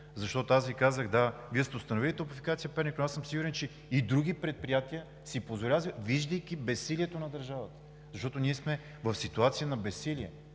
Аз Ви казах – да, Вие сте установили за „Топлофикация – Перник“, но аз съм сигурен, че и други предприятия си позволяват, виждайки безсилието на държавата. Ние сме в ситуация на безсилие.